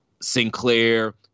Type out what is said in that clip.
sinclair